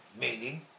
meaning